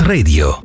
Radio